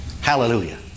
Hallelujah